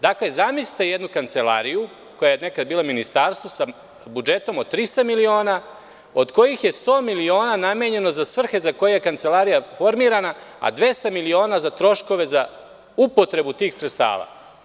Dakle, zamislite jednu kancelariju, koja je nekada bila ministarstvo, sa budžetom od 300 miliona, od kojih je 100 miliona namenjeno za svrhe za koje je kancelarija formirana, a 200 miliona za troškove i upotrebu tih sredstava.